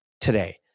today